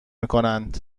میکنند